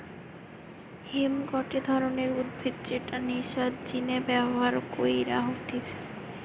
hemp গটে ধরণের উদ্ভিদ যেটা নেশার জিনে ব্যবহার কইরা হতিছে